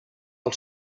del